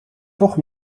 toch